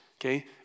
okay